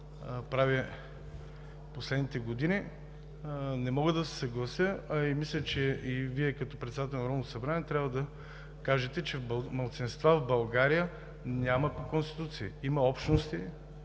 през последните години, не мога да се съглася, а мисля, че и Вие като председател на Народното събрание трябва да кажете, че малцинства в България няма по Конституция. Има общности,